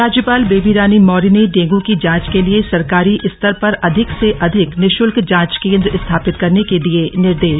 राज्यपाल बेबी रानी मौर्य ने डेंगू की जांच के लिए सरकारी स्तर पर अधिक से अधिक निशुल्क जांच केंद्र स्थापित करने के दिये निर्देश